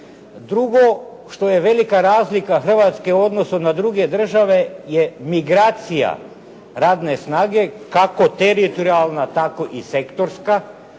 Drugo, što je velika razlika Hrvatske u odnosu na druge države je migracija radne snage, kako teritorijalna, tako i sektorska.